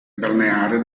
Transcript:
balneare